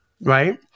right